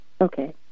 Okay